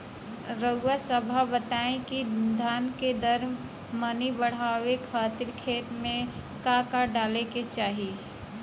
रउआ सभ बताई कि धान के दर मनी बड़ावे खातिर खेत में का का डाले के चाही?